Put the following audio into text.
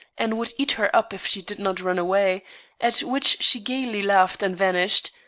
and would eat her up if she did not run away at which she gayly laughed and vanished,